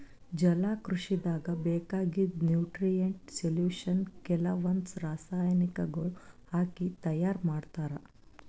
ಜಲಕೃಷಿದಾಗ್ ಬೇಕಾಗಿದ್ದ್ nutrient solution ಕೆಲವಂದ್ ರಾಸಾಯನಿಕಗೊಳ್ ಹಾಕಿ ತೈಯಾರ್ ಮಾಡ್ತರ್